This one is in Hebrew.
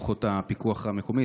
כוחות הפיקוח המקומי,